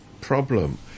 problem